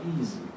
easy